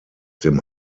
dem